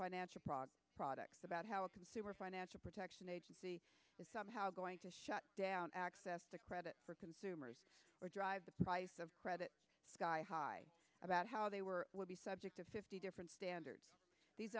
financial products products about how a consumer financial protection agency is somehow going to shut down access to credit for consumers drive the price of credit sky high about how they were would be subject to fifty different standards these